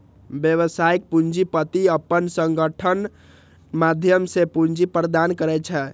व्यावसायिक पूंजीपति अपन संगठनक माध्यम सं पूंजी प्रदान करै छै